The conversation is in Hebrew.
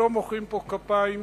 לא מוחאים פה כפיים.